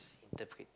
interpret